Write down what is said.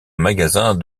magasin